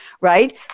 right